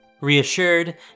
Reassured